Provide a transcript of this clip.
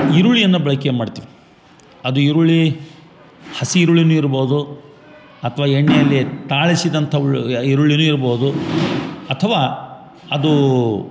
ಈರುಳ್ಳಿಯನ್ನ ಬಳಕೆ ಮಾಡ್ತೀವಿ ಅದು ಈರುಳ್ಳಿ ಹಸಿ ಈರುಳ್ಳಿನು ಇರ್ಬೋದು ಅಥ್ವ ಎಣ್ಣೆಯಲ್ಲಿ ತಾಳಿಶಿದಂತ ಉಳ್ ಈರುಳ್ಳಿನೂ ಇರ್ಬೋದು ಅಥವ ಅದು